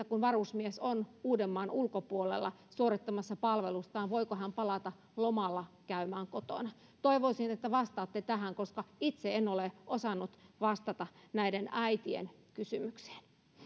kun varusmies on uudenmaan ulkopuolella suorittamassa palvelustaan voiko hän palata lomalla käymään kotona toivoisin että vastaatte tähän koska itse en ole osannut vastata näiden äitien kysymykseen